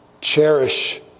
cherish